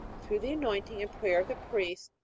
through the anointing and prayer of the priest,